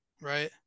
right